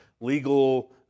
legal